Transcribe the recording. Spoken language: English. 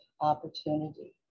opportunity